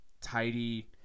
tidy